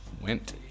went